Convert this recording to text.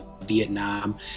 vietnam